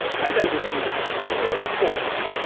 how then does music stimulate thoughts,